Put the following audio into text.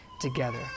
together